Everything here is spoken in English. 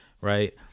Right